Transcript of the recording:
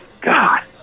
God